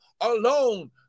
alone